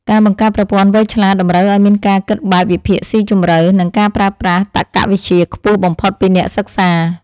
ការបង្កើតប្រព័ន្ធវៃឆ្លាតតម្រូវឱ្យមានការគិតបែបវិភាគស៊ីជម្រៅ និងការប្រើប្រាស់តក្កវិជ្ជាខ្ពស់បំផុតពីអ្នកសិក្សា។